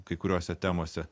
kai kuriose temose